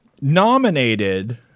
nominated –